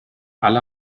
alle